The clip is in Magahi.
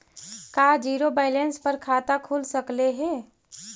का जिरो बैलेंस पर खाता खुल सकले हे?